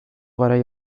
garai